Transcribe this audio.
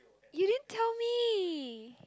you didn't tell me